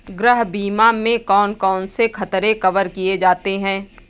गृह बीमा में कौन कौन से खतरे कवर किए जाते हैं?